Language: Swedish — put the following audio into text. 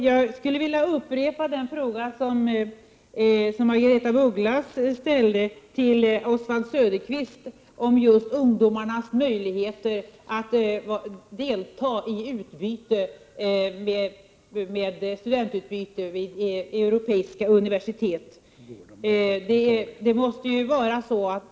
Jag vill upprepa den fråga som Margaretha af Ugglas ställde till Oswald Söderqvist om just ungdomarnas möjligheter att delta i studentutbyte med europeiska universitet.